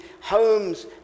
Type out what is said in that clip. homes